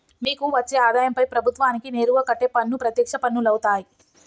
మీకు వచ్చే ఆదాయంపై ప్రభుత్వానికి నేరుగా కట్టే పన్ను ప్రత్యక్ష పన్నులవుతాయ్